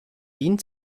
wien